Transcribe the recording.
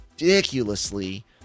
ridiculously